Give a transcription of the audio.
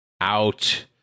out